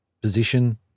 position-